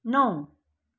नौ